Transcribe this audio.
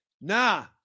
nah